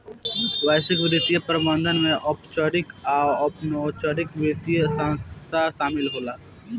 वैश्विक वित्तीय प्रबंधन में औपचारिक आ अनौपचारिक वित्तीय संस्थान शामिल होला